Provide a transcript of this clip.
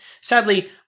Sadly